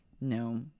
no